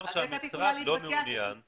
זה אומר שהמשרד לא מעוניין בציבור הזה.